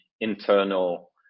internal